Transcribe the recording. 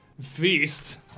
feast